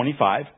25